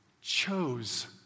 chose